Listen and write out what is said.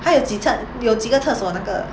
它有几厕有几个厕所那个